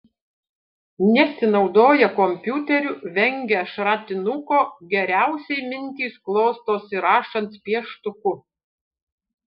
nesinaudoja kompiuteriu vengia šratinuko geriausiai mintys klostosi rašant pieštuku